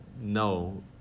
No